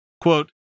quote